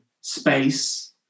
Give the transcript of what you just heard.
space